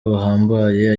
buhambaye